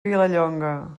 vilallonga